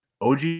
OG